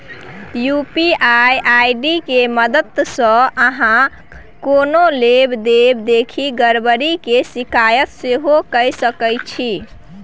UPI ID के मददसँ अहाँ कोनो लेब देब देखि गरबरी केर शिकायत सेहो कए सकै छी